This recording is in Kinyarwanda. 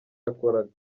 yakoraga